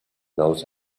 those